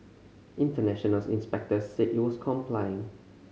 international inspectors said it was complying